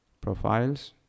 profiles